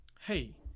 hey